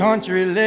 Country